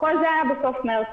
כל זה היה בסוף מרץ.